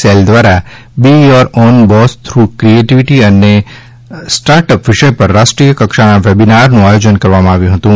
cell દ્વારા be your own boss through creativity અને startup વિષય પર રાષ્ટ્રીય કક્ષાના વેબિના રનું આયોજન કરવામાં આવ્યું હતું